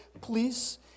please